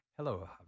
Hello